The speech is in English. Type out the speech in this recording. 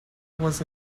was